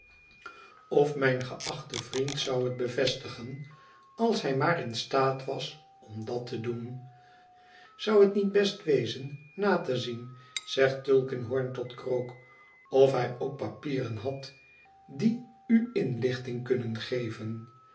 of mijn geachte vriend zou het bevestigen als hij maar in staat was om dat te doen zou het niet best wezen na te zien zegt tulkinghorn tot krook of hij ook papieren had die u inlichting kunnen geven